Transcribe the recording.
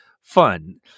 fun